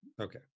okay